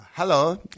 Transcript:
Hello